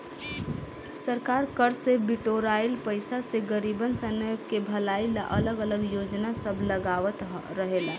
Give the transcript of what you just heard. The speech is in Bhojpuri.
सरकार कर से बिटोराइल पईसा से गरीबसन के भलाई ला अलग अलग योजना सब लगावत रहेला